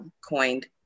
coined